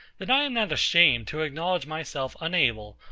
that i am not ashamed to acknowledge myself unable,